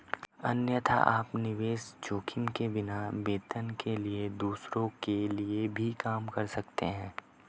अन्यथा, आप निवेश जोखिम के बिना, वेतन के लिए दूसरों के लिए भी काम कर सकते हैं